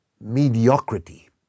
mediocrity